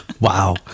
wow